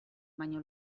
baino